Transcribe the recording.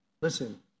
listen